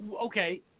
Okay